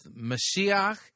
Mashiach